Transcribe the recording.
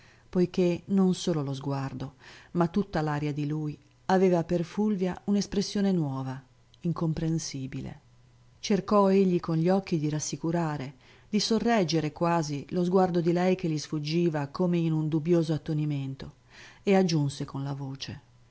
poiché non solo lo sguardo ma tutta l'aria di lui aveva per fulvia un'espressione nuova incomprensibile cercò egli con gli occhi di rassicurare di sorreggere quasi lo sguardo di lei che gli sfuggiva come in un dubbioso attonimento e aggiunse con la voce